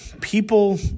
People